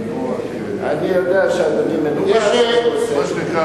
לבקש רשות,